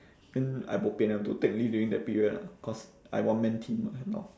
then I bo pian I have to take leave during that period lah cause I one man team mah hand off